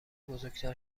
بزرگتر